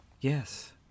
Yes